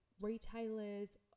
retailers